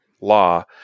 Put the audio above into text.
law